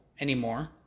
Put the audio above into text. anymore